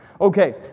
Okay